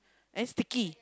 and sticky